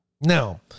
Now